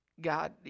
God